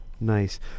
Nice